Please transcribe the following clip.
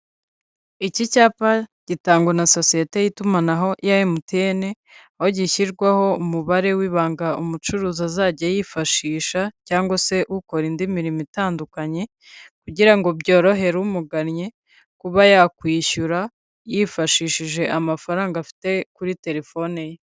Iki cyapa gitangwa na sosiyete y'itumanaho ya MTN, aho gishyirwaho umubare w'ibanga umucuruzi azajya yifashisha cyangwa se ukora indi mirimo itandukanye kugira ngo byorohere umugannye, kuba yakwishyura, yifashishije amafaranga afite kuri terefone ye.